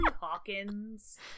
Hawkins